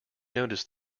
notice